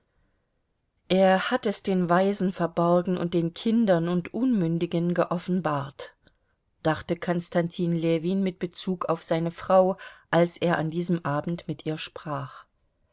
er hat es den weisen verborgen und den kindern und unmündigen geoffenbart dachte konstantin ljewin mit bezug auf seine frau als er an diesem abend mit ihr sprach